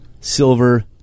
silver